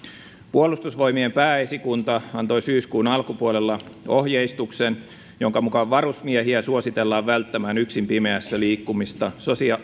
puolustusvoimien pääesikunta antoi syyskuun alkupuolella ohjeistuksen jonka mukaan varusmiehiä suositellaan välttämään yksin pimeässä liikkumista